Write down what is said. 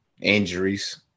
injuries